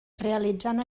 realitzant